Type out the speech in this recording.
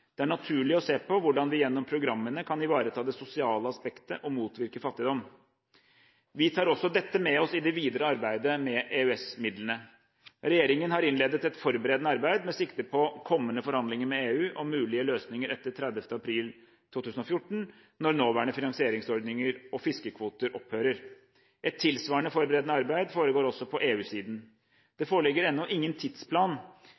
Det er naturlig å se på hvordan vi gjennom programmene kan ivareta det sosiale aspektet og motvirke fattigdom. Vi tar også dette med oss i det videre arbeidet med EØS-midlene. Regjeringen har innledet et forberedende arbeid med sikte på kommende forhandlinger med EU om mulige løsninger etter 30. april 2014 når nåværende finansieringsordninger og fiskekvoter opphører. Et tilsvarende forberedende arbeid foregår også på